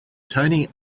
tony